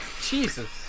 Jesus